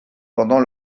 pendant